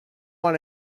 want